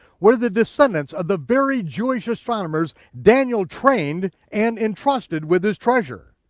were the descendants of the very jewish astronomers daniel trained and entrusted with his treasure.